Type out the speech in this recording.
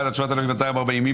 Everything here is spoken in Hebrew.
4,921 עד 4,940, מי